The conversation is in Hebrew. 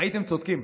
והייתם צודקים.